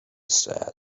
said